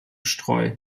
treu